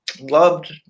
Loved